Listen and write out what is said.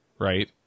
right